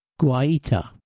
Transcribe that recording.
Guaita